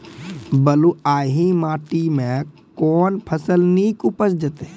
बलूआही माटि मे कून फसल नीक उपज देतै?